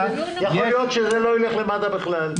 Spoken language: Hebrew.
--- יכול להיות שזה לא ילך למד"א בכלל.